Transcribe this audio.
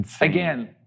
Again